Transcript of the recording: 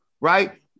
right